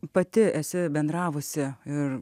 pati esu bendravusi ir